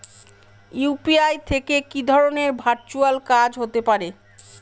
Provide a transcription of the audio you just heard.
UPI থেকে কি ধরণের ভার্চুয়াল কাজ হতে পারে?